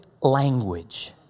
language